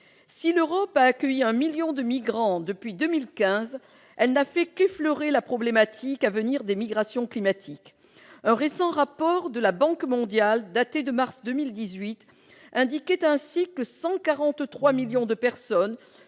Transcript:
Si l'Europe a accueilli un million de migrants depuis 2015, elle n'a fait qu'effleurer la problématique à venir des migrations climatiques. Un récent rapport de la Banque mondiale, daté de mars 2018, indiquait ainsi que 143 millions de personnes